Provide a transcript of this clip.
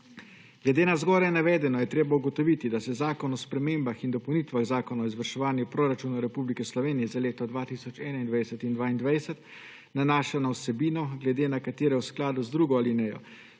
Glede na zgoraj navedeno, je treba ugotoviti, da se Zakon o spremembah in dopolnitvah Zakona o izvrševanju proračunov Republike Slovenije za leti 2021 in 2022 nanaša na vsebino, glede na katero v skladu z drugo alinejo